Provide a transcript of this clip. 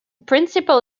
principal